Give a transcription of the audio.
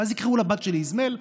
ואז יקראו לבת שלי איזמל,